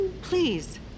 please